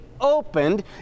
opened